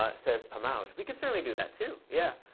ah says pamauj. we could certainly do that, too. yeah.